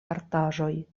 artaĵoj